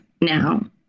now